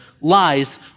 lies